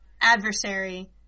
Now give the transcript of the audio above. adversary